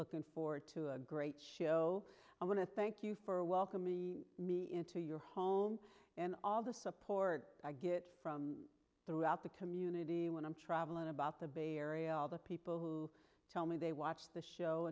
looking forward to a great show and want to thank you for welcoming me into your home and all the support i get from throughout the community when i'm traveling about the bay area all the people who tell me they watch the show